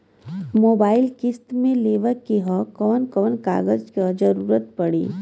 Mobile किस्त मे लेवे के ह कवन कवन कागज क जरुरत पड़ी?